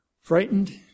Frightened